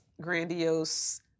grandiose